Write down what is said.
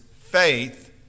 Faith